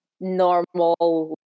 normal